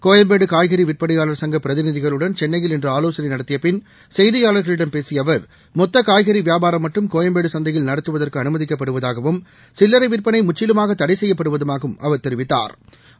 சோயம்பேடு காய்கறி விற்பனையாள் சங்க பிரதிநிதிகளுடன் சென்னயில் இன்று ஆலோசனை நடத்திய பின் செய்தியாளா்களிடம் பேசிய அவர் மொத்த காய்கறி வியாபாரம் மட்டும் கோயம்பேடு சந்தையில் நடத்துவதற்கு அனுமதிக்கப்படுவதாகவும் சில்லறை விற்பளை முற்றிலுமாக தடை செய்யப்படுவதாகவும் அவர் தெரிவித்தா்